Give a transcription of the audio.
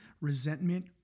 resentment